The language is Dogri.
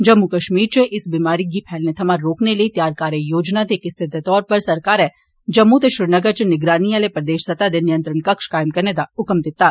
जम्मू कश्मीर इच इस बमारी गी फैलने थ्वां रोकने लेई त्यार कार्य योजना दे इक हिस्से दे तौर उप्पर सरकारै जम्मू ते श्रीनगर इच निगरानी आले प्रदेश स्तह दे नियंत्रण कक्ष कायम करने दा ह्कम दिता ऐ